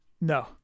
no